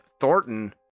Thornton